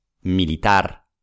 Militar